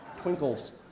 Twinkles